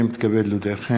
הנני מתכבד להודיעכם,